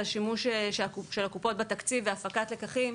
השימוש של הקופות בתקציב והפקת לקחים,